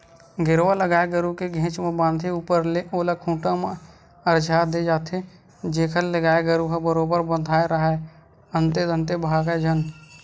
गेरवा ल गाय गरु के घेंच म बांधे ऊपर ले ओला खूंटा म अरझा दे जाथे जेखर ले गाय गरु ह बरोबर बंधाय राहय अंते तंते भागय झन